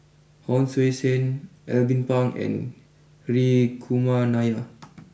Hon Sui Sen Alvin Pang and Hri Kumar Nair